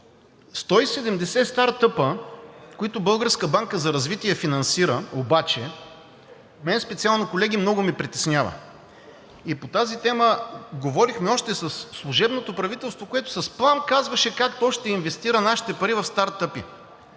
170 стартъпа, които Българска банка за развитие финансира. Обаче, колеги, специално мен много ме притеснява и по тази тема говорихме още със служебното правителство, което с плам казваше как то ще инвестира нашите пари в стартъпи.